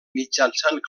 mitjançant